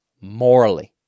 morally